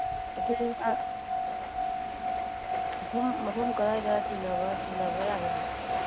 ꯑꯗꯨ ꯃꯐꯝ ꯀꯗꯥꯏꯗ ꯊꯦꯡꯅꯕ ꯊꯦꯡꯅꯕ ꯌꯥꯒꯅꯤ